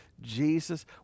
Jesus